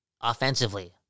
offensively